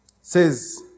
says